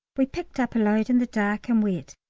we picked up a load in the dark and wet,